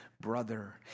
brother